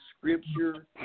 Scripture